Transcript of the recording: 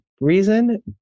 reason